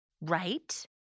Right